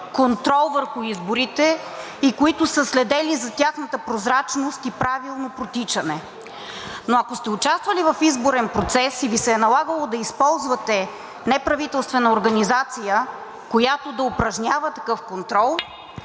контрол върху изборите и които са следели за тяхната прозрачност и правилно протичане. Но ако сте участвали в изборен процес и Ви се е налагало да използвате неправителствена организация, която да упражнява такъв контрол,